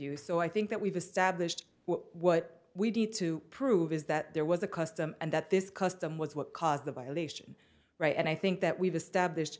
you so i think that we've established what we need to prove is that there was a custom and that this custom was what caused the violation right and i think that we've established